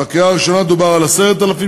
בקריאה הראשונה דובר על 10,000 ש"ח,